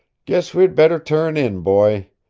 guess we'd better turn in, boy.